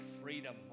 freedom